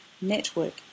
network